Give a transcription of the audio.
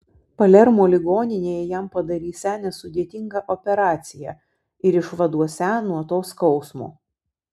palermo ligoninėje jam padarysią nesudėtingą operaciją ir išvaduosią nuo to skausmo